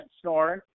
snoring